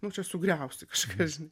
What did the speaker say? nu čia sugriausi kažką žinai